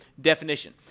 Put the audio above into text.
definition